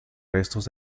restos